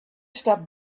stop